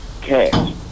cash